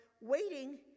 waiting